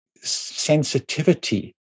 sensitivity